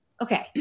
Okay